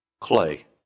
clay